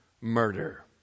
murder